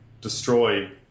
destroy